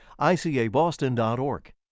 ICABoston.org